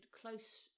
close